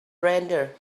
render